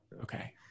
Okay